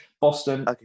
Boston